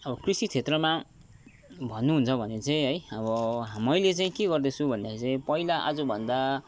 अब कृषि क्षेत्रमा भन्नुहुन्छ भने चाहिँ है अब मैले चाहिँ के गर्दैछु भन्दाखेरि चाहिँ पहिला आजभन्दा